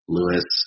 Lewis